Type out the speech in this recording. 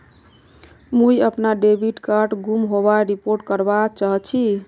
मुई अपना debit card गूम होबार रिपोर्ट करवा चहची